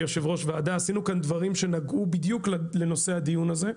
כיושב-ראש ועדה עשינו כאן דברים שנגעו בדיוק לנושא הדיון הזה,